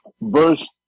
verse